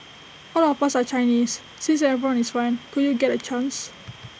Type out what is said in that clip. all of us are Chinese since everyone is fine could you get A chance